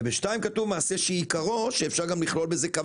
ומה אם היצרן בחו"ל לא רוצה את התנאים האלה,